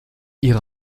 ihre